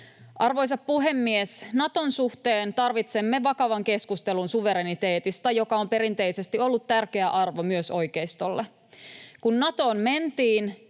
Arvoisa puhemies! Naton suhteen tarvitsemme vakavan keskustelun suvereniteetista, joka on perinteisesti ollut tärkeä arvo myös oikeistolle. Kun Natoon mentiin,